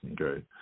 okay